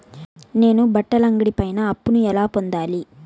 నేను బట్టల అంగడి పైన అప్పును ఎలా పొందాలి?